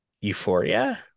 euphoria